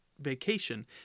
vacation